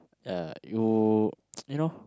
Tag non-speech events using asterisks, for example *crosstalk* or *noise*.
ya you *noise* you know